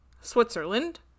Switzerland